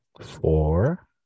Four